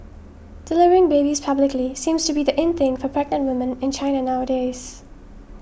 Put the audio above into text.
delivering babies publicly seems to be the in thing for pregnant woman in China nowadays